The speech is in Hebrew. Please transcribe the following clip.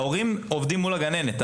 ההורים עובדים מול הגננת.